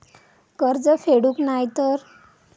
कर्ज फेडूक नाय तर?